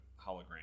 hologram